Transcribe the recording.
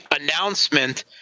announcement